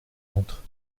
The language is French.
entre